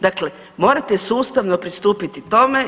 Dakle, morate sustavno pristupiti tome.